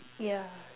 yeah